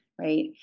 Right